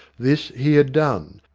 this he had done,